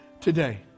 today